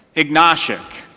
ignashik